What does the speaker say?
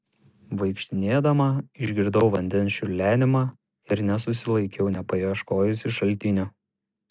vaikštinėdama išgirdau vandens čiurlenimą ir nesusilaikiau nepaieškojusi šaltinio